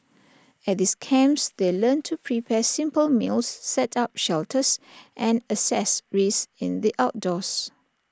at these camps they learn to prepare simple meals set up shelters and assess risks in the outdoors